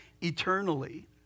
eternally